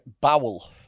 bowel